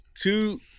two